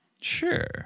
Sure